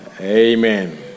Amen